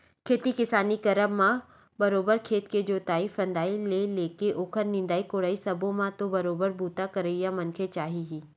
खेती किसानी करब म बरोबर खेत के जोंतई फंदई ले लेके ओखर निंदई कोड़ई सब्बो म तो बरोबर बूता करइया मनखे चाही ही